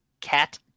cat